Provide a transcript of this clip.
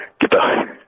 Goodbye